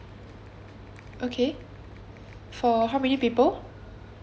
okay for how many people